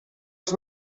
les